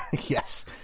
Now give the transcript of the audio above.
Yes